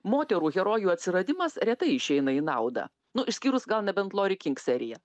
moterų herojų atsiradimas retai išeina į naudą nu išskyrus gal nebent lori king seriją